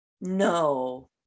No